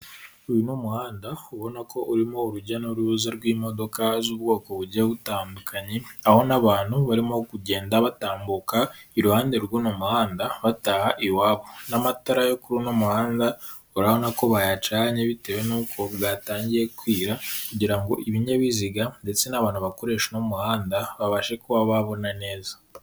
Uyu ni umuhanda ubona ko urimo urujya n'uruza rw'imodoka z'ubwoko bugiye butandukanye aho n'abantu barimo kugenda batambuka iruhande rwo mu muhanda bataha iwabo, n'amatara yo kuri uno muhanda urabona ko bayacanye bitewe n'uko bwatangiye kwira kugirango ibinyabiziga ndetse n'abantu bakoresha uno muhanda babashe kuba babona neza.